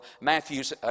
Matthew's